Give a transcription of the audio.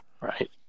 right